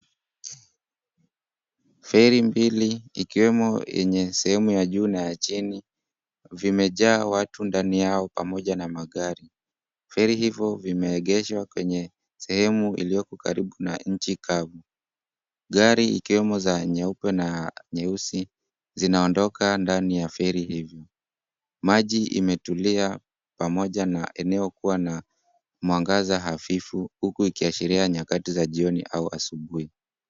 Feri mbili ikiwemo yenye sehemu ya juu na ya chini vimejaa watu ndani yao pamoja na magari. Feri hivo vimeegeshwa katika sehemu iliyoko karibu na nchi kavu. Gari ikiwemo za nyeupe na nyeusi zinondoka ndani ya feri hivyo. Maji imetulia pamoja na eneo kuwa na mwangaza hafifu huku ikiashiria nyakati za jioni au asubuhi.